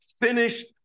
finished